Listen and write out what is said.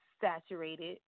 saturated